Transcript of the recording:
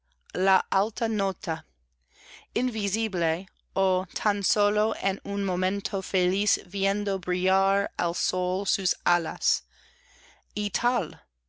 la alta nota invisible ó tan sólo en un momento feliz viendo brillar al sol sus alas y tal